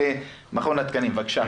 למכון התקנים, בבקשה.